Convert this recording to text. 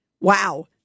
Wow